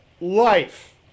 life